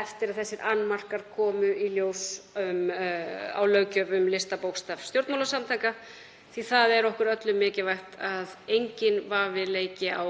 eftir að þessir annmarkar komu í ljós á löggjöf um listabókstaf stjórnmálasamtaka því það er okkur öllum mikilvægt að enginn vafi leiki á